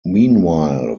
meanwhile